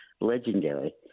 legendary